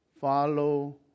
follow